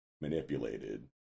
manipulated